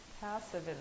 passive